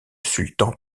sultan